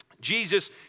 Jesus